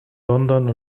london